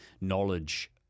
knowledge